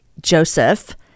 Joseph